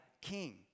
King